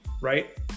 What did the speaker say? right